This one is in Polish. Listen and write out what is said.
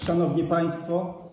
Szanowni Państwo!